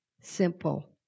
simple